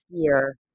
fear